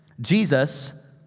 Jesus